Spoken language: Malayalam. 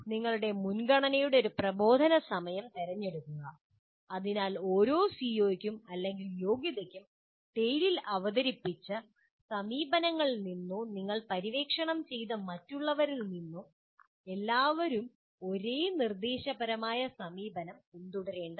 നിങ്ങളുടെ മുൻഗണനയുടെ ഒരു പ്രബോധന സമീപനം തിരഞ്ഞെടുക്കുക അതിനൽ ഓരോ CO ക്കും അല്ലെങ്കിൽ യോഗ്യതയ്ക്കും TALE ൽ അവതരിപ്പിച്ച സമീപനങ്ങളിൽ നിന്നോ നിങ്ങൾ പര്യവേക്ഷണം ചെയ്ത മറ്റുള്ളവരിൽ നിന്നോ എല്ലാവരും ഒരേ നിർദേശപരമായ സമീപനം പിന്തുടരേണ്ടതില്ല